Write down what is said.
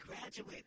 graduate